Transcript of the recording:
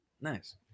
Nice